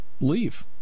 leave